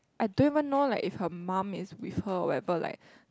I don't even know like if her mum is with her or whatever like